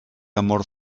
amor